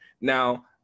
Now